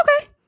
okay